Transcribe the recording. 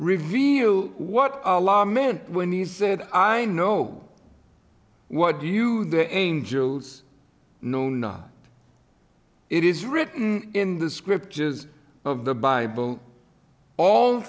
reveal what a law meant when he said i know what you the angels know not it is written in the scriptures of the bible all